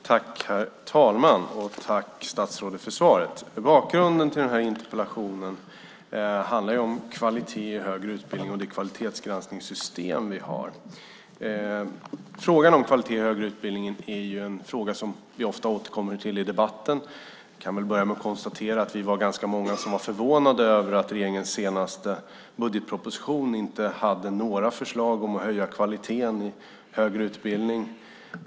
Herr talman! Jag vill tacka statsrådet för svaret. Den här interpellationen handlar om kvaliteten i högre utbildning och det kvalitetsgranskningssystem vi har. Frågan om kvaliteten i den högre utbildningen är en fråga som vi ofta återkommer till i debatten. Jag kan börja med att konstatera att vi var ganska många som var förvånade över att regeringen i sin senaste budgetproposition inte hade några förslag om att höja kvaliteten i högre utbildning.